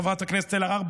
חברת הכנסת אלהרר,